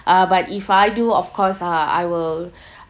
uh but if I do of course ah I will